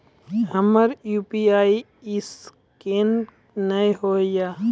हमर UPI scan नेय हो या?